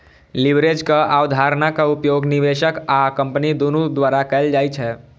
लीवरेजक अवधारणाक उपयोग निवेशक आ कंपनी दुनू द्वारा कैल जाइ छै